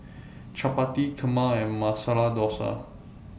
Chapati Kheema and Masala Dosa